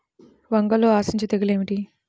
వంగలో ఆశించు తెగులు ఏమిటి?